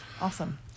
Awesome